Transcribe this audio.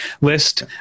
list